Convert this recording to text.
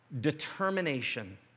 determination